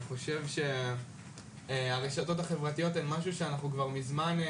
אני חושב שהרשתות החברתיות הן משהו שאנחנו כבר מזמן,